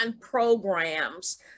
programs